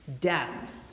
death